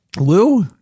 Lou